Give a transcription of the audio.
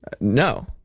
No